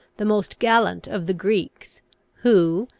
the most gallant of the greeks who,